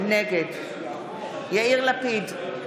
נגד יאיר לפיד,